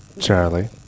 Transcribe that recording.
Charlie